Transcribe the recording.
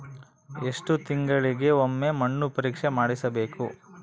ಎಷ್ಟು ತಿಂಗಳಿಗೆ ಒಮ್ಮೆ ಮಣ್ಣು ಪರೇಕ್ಷೆ ಮಾಡಿಸಬೇಕು?